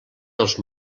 dels